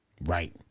Right